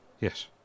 yes